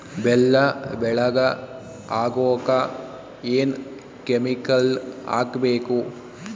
ಬೆಲ್ಲ ಬೆಳಗ ಆಗೋಕ ಏನ್ ಕೆಮಿಕಲ್ ಹಾಕ್ಬೇಕು?